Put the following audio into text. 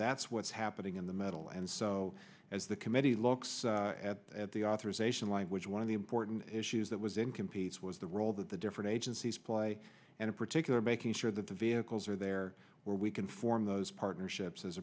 that's what's happening in the middle and so as the committee looks at the authorization language one of the important issues that was in competes was the role that the different agencies play and in particular making sure that the vehicles are there where we can form those partnerships as